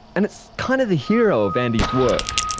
and it's kind of the hero of andy's work.